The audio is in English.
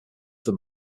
than